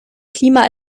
klima